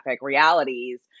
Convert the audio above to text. realities